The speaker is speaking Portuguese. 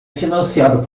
financiado